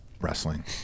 wrestling